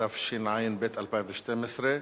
התשע"ב 2012,